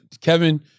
Kevin